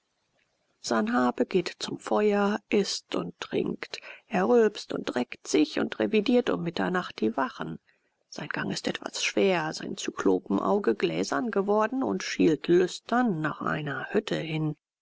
sanhabe geht zum feuer ißt und trinkt er rülpst und reckt sich und revidiert um mitternacht die wachen sein gang ist etwas schwer sein zyklopenauge gläsern geworden und schielt lüstern nach einer hütte hin